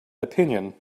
opinion